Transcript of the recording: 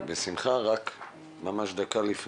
שאף פעם לא הייתה לנו.